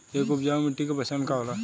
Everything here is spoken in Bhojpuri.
एक उपजाऊ मिट्टी के पहचान का होला?